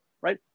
right